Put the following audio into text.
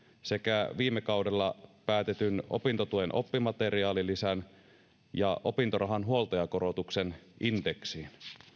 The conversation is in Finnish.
sekä viime kaudella päätetyn opintotuen oppimateriaalilisän ja opintorahan huoltajakorotuksen indeksiin